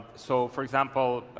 so for example,